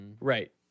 Right